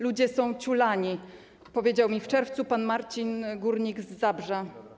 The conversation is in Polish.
Ludzie są ciulani - powiedział mi w czerwcu pan Marcin, górnik z Zabrza.